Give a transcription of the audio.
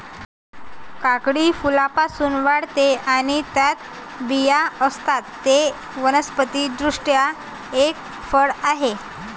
काकडी फुलांपासून वाढते आणि त्यात बिया असतात, ते वनस्पति दृष्ट्या एक फळ आहे